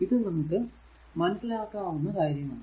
ഇത് നമുക്ക് മനസ്സിലാക്കാനാകുന്ന കാര്യമാണ്